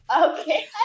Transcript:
Okay